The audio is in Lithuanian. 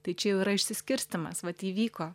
tai čia jau yra išsiskirstymas vat įvyko